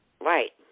Right